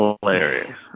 Hilarious